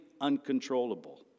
uncontrollable